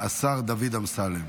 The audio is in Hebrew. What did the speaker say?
השר דוד אמסלם.